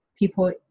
People